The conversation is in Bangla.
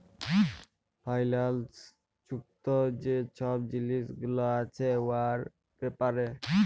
ফাইল্যাল্স যুক্ত যে ছব জিলিস গুলা আছে উয়ার ব্যাপারে